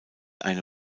eine